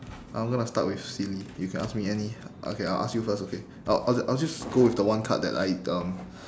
I'm gonna start with silly you can ask me any okay I'll ask you first okay I~ I'll I'll just go with the one card that like um